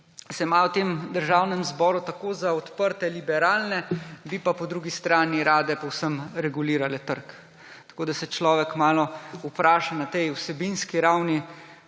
se imajo v tem državnem zboru tako za odprte, liberalne, bi pa po drugi strani rade povsem regulirale trg. Tako se človek malo vpraša na tej vsebinski ravni,